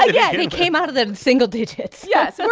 ah yeah they came out of the single digits yes. so